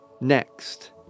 Next